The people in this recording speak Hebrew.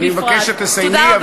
אני מבקש שתסיימי,